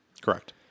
Correct